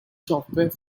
software